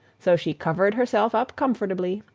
so she covered herself up comfortably,